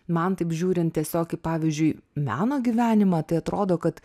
man taip žiūrint tiesiog kaip pavyzdžiui meno gyvenimą tai atrodo kad